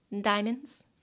diamonds